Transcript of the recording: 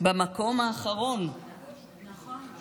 במקום האחרון, נכון.